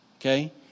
Okay